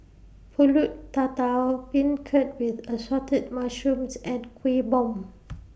Pulut Tatal Beancurd with Assorted Mushrooms and Kuih Bom